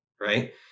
right